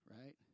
right